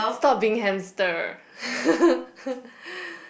stop being hamster